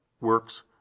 works